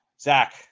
zach